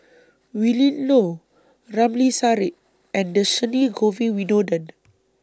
Willin Low Ramli Sarip and Dhershini Govin Winodan